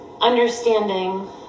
understanding